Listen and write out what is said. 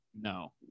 No